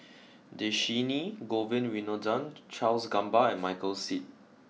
Dhershini Govin Winodan Charles Gamba and Michael Seet